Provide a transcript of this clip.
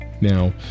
now